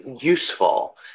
useful